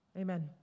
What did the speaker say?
Amen